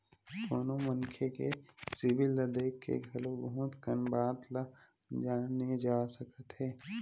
कोनो मनखे के सिबिल ल देख के घलो बहुत कन बात ल जाने जा सकत हे